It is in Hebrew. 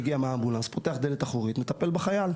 מגיע מהאמבולנס, פותח דלת אחורית ומטפל בחייל.